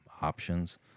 options